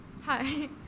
Hi